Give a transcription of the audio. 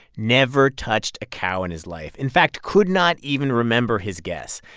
never touched a cow in his life. in fact, could not even remember his guess.